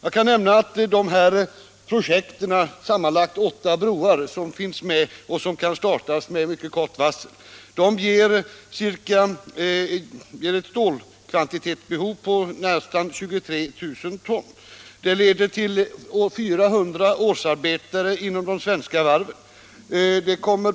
Jag kan nämna att de här projekten — det gäller sammanlagt åtta broar som kan startas med mycket kort varsel — medför behov av nästan 23 000 ton stål. Vidare skulle projekten sysselsätta 400 årsarbetare inom de svenska varven.